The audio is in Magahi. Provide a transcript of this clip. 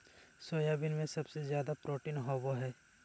सोयाबीन में सबसे ज़्यादा प्रोटीन होबा हइ